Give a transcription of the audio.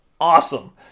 Awesome